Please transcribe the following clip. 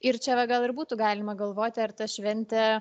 ir čia va gal ir būtų galima galvoti ar ta šventė